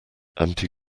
anti